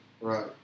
right